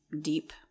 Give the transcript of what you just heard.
deep